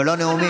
אבל לא נאומים.